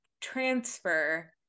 transfer